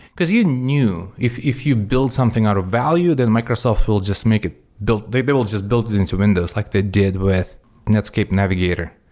because you knew, if if you build something out value, then microsoft will just make it built they they will just build it into windows like they did with netscape navigator.